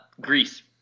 Greece